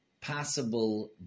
possible